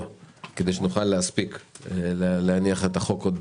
כדי שנוכל להספיק להניח את החוק עוד